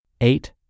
eight